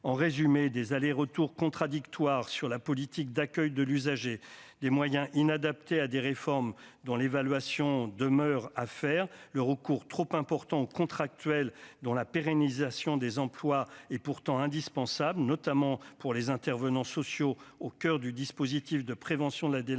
en résumé des aller-retour contradictoires sur la politique d'accueil de l'usager des moyens inadaptés à des réformes dans l'évaluation demeure à faire le recours trop important contractuels dont la pérennisation des emplois et pourtant indispensable notamment pour les intervenants sociaux au coeur du dispositif de prévention de la délinquance